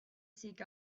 seek